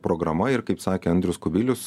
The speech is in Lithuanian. programa ir kaip sakė andrius kubilius